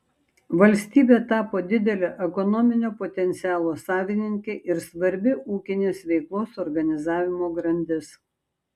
valstybė tapo didelio ekonominio potencialo savininkė ir svarbi ūkinės veiklos organizavimo grandis